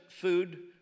food